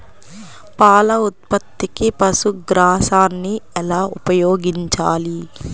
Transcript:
పాల ఉత్పత్తికి పశుగ్రాసాన్ని ఎలా ఉపయోగించాలి?